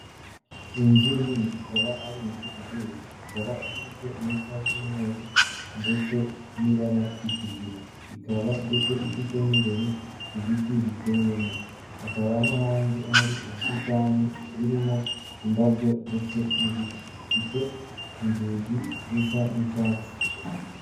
Inzu nini ikaba ari inzu Igeretse ikaba ifite inkuta z'umweru ndetse n'ibara ry'ikigina, ikaba ndetse ifitemo imbere ibiti biteyemo hakaba no hanze hari ubusitani burimo indabyo ndetse n'ibiti. Ifite inzugi zisa n'icyatsi.